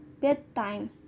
bedtime